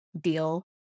deal